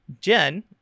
Jen